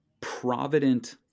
provident